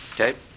Okay